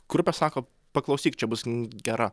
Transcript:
kur pasako paklausyk čia bus gera